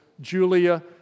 Julia